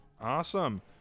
Awesome